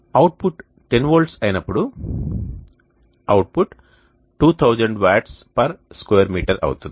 output 10V అయినప్పుడు output 2000 watts square metre అవుతుంది